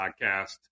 podcast